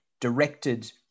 directed